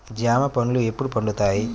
జామ పండ్లు ఎప్పుడు పండుతాయి?